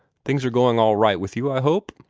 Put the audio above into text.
things are going all right with you, i hope.